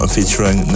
Featuring